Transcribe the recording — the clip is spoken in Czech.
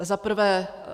Za prvé.